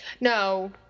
No